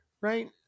right